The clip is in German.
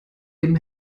dem